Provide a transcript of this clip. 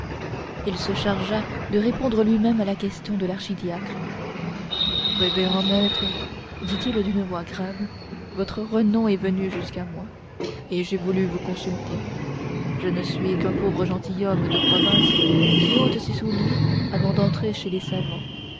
il se chargea de répondre lui-même à la question de l'archidiacre révérend maître dit-il d'une voix grave votre renom est venu jusqu'à moi et j'ai voulu vous consulter je ne suis qu'un pauvre gentilhomme de province qui ôte ses souliers avant d'entrer chez les savants